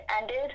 ended